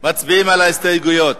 מצביעים על ההסתייגויות.